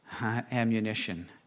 ammunition